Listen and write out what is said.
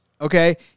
Okay